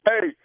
Hey